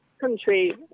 country